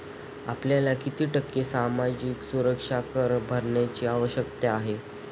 आपल्याला किती टक्के सामाजिक सुरक्षा कर भरण्याची आवश्यकता आहे?